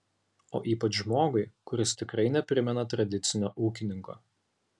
o ypač žmogui kuris tikrai neprimena tradicinio ūkininko